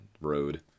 road